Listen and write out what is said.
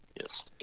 Yes